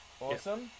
Awesome